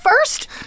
first